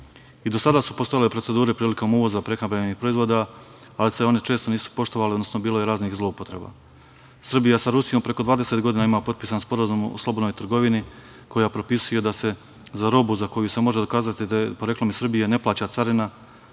I do sada su postojale procedure prilikom uvoza prehrambenih proizvoda, ali se one često nisu poštovale, odnosno bilo je raznih zloupotreba. Srbija sa Rusijom preko 20 godina ima potpisan Sporazum o slobodnoj trgovini, koji propisuje da se za robu za koju se može dokazati da je poreklom iz Srbije ne plaća carina